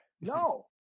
No